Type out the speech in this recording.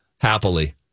happily